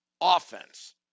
offense